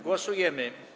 Głosujemy.